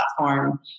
platform